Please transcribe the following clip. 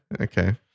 Okay